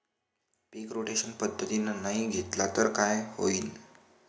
पीक rotation पद्धतीनं नाही घेतलं तर काय होईन?